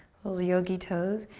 little yogi toes.